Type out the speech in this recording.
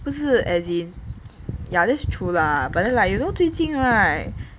不是 as in yeah that's true lah but then like you know 最近 [right]